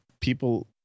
people